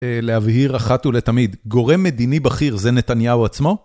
להבהיר אחת ולתמיד, גורם מדיני בכיר זה נתניהו עצמו?